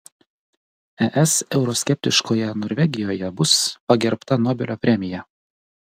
es euroskeptiškoje norvegijoje bus pagerbta nobelio premija